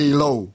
low